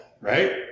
right